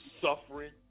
suffering